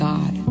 God